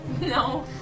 No